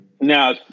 now